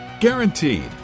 Guaranteed